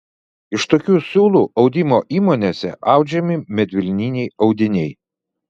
iš tokių siūlų audimo įmonėse audžiami medvilniniai audiniai